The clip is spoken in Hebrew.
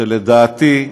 שלדעתי,